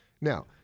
Now